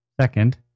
Second